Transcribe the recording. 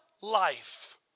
life